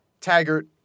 Taggart